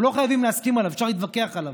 אנחנו לא חייבים להסכים עליו, אפשר להתווכח עליו,